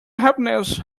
happiness